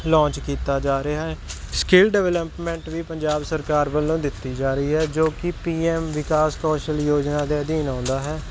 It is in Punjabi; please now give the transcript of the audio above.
ਲੌਂਚ ਕੀਤਾ ਜਾ ਰਿਹਾ ਸਕਿਲ ਡਿਵਲਪਮੈਂਟ ਵੀ ਪੰਜਾਬ ਸਰਕਾਰ ਵੱਲੋਂ ਦਿੱਤੀ ਜਾ ਰਹੀ ਹੈ ਜੋ ਕਿ ਪੀਐਮ ਵਿਕਾਸ ਕੋਸ਼ਲ ਯੋਜਨਾ ਦੇ ਅਧੀਨ ਆਉਂਦਾ ਹੈ